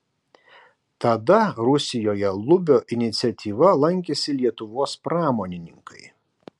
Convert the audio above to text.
tada rusijoje lubio iniciatyva lankėsi lietuvos pramonininkai